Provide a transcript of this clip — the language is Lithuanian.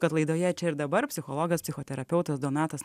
kad laidoje čia ir dabar psichologas psichoterapeutas donatas